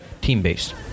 team-based